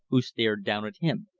who stared down at him.